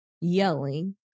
yelling